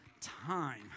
time